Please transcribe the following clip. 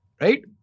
Right